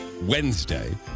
Wednesday